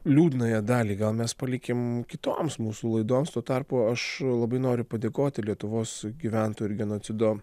liūdnąją dalį gal mes palikim kitoms mūsų laidoms tuo tarpu aš labai noriu padėkoti lietuvos gyventojų ir genocido